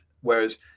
Whereas